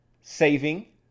saving